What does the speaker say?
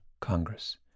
Congress